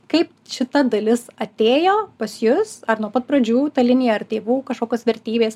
kaip šita dalis atėjo pas jus ar nuo pat pradžių ta linija ar tėvų kažkokios vertybės